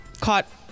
caught